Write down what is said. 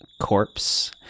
corpse